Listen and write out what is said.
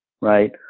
right